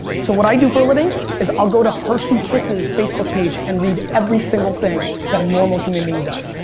so what i do for living is i'll go to hershey kisses' facebook page and read every single thing that a normal human being does.